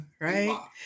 right